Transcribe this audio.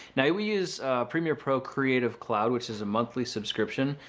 now, we use premiere pro creative cloud which is a monthly subscription.